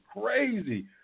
crazy